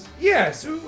yes